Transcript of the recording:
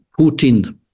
Putin